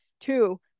two